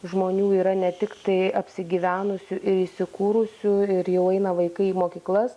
žmonių yra ne tiktai apsigyvenusių ir įsikūrusių ir jau eina vaikai į mokyklas